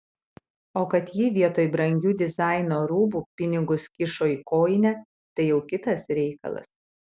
o kad ji vietoj brangių dizaino rūbų pinigus kišo į kojinę tai jau kitas reikalas